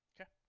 Okay